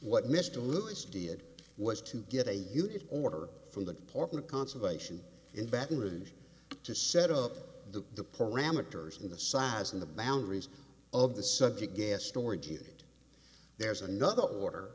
what mr lewis did was to get a unit order from the department conservation in baton rouge to set up the parameters in the size and the boundaries of the subject gas storage unit there's another order